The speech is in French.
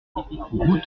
route